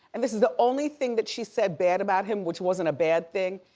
and this is the only thing that she said bad about him, which wasn't a bad thing.